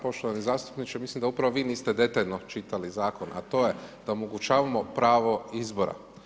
Poštovani zastupniče, mislim da upravo vi niste detaljno čitali zakon a to je da omogućavamo pravo izbora.